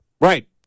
Right